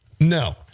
No